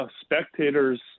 spectator's